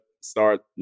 start